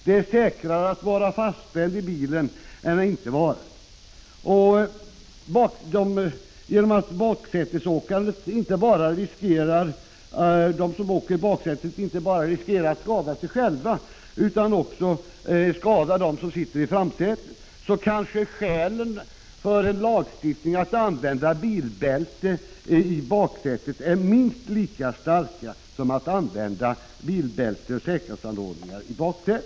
Det är säkrare att vara fastspänd i bilen än att inte vara det. Eftersom vi vet att baksätespassagerarna riskerar att inte bara skada sig själva utan också dem som sitter i framsätet, är kanske skälen för en lagstiftning om att använda bilbälte i baksätet minst lika starka som skälen för att föreskriva det för dem som sitter i framsätet.